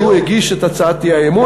כי הוא הגיש את הצעת האי-אמון.